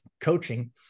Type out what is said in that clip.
coaching